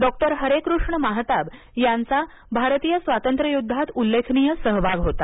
doctor Harekrushna Mahtab यांचा भारतीय स्वातंत्र्ययुद्वात उल्लेखनीय सहभाग होता